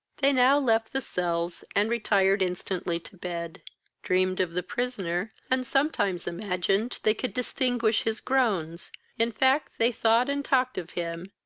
they now left the cells, and retired instantly to bed dreamed of the prisoner, and sometimes imagined they could distinguish his groans in fact, they thought and talked of him,